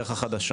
אחר.